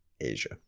Asia